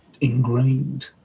ingrained